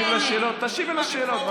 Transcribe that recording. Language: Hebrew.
אם היא תקשיב, אז היא תדע את האמת.